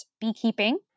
beekeeping